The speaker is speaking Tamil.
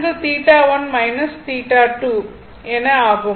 4∠1 - θ21 என ஆகும்